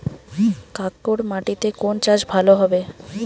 কাঁকর মাটিতে কোন চাষ ভালো হবে?